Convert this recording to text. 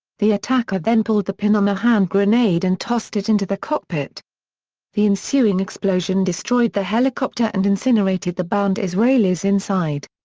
the attacker then pulled the pin on a hand grenade and tossed it into the cockpit the ensuing explosion destroyed the helicopter and incinerated the bound israelis inside.